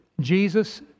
Jesus